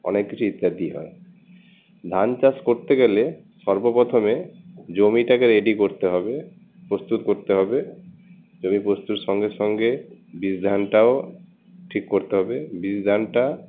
অনেক কিছু ইত্যাদি হয় ধান চাষ করতে গেলে সর্ব প্রথমে জমিটাকে রেডি করতে হবে প্রস্তুত করতে হবে জমি প্রস্তুত সঙ্গে সঙ্গে বীজ ধানটাও ঠিক করতে হবে বীজ ধানটা